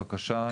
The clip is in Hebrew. בבקשה,